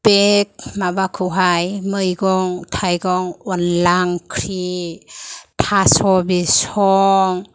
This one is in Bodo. बे माबाखौहाय मैगं थायगं अनला ओंख्रि थास' बिसं